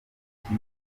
ikipe